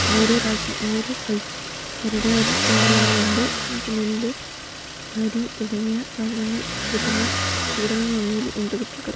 ഓരോ രാജ്യം ഓരോ സ്ഥലത്തും അവരുടേതായ പ്രത്യേക വിളകളുണ്ട് നമുക്ക് നെല്ല് അരി തുടങ്ങിയ സാധനങ്ങൾ കിട്ടുന്നത് എവിടെ നിന്നാണെന്ന് പോലും